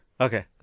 Okay